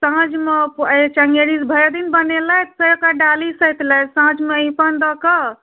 साँझमे चन्गेरी भरि दिन बनेलथि फेर ओकरा डाली सैतलथि साँझमे अइपन दए कऽ